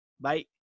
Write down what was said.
Bye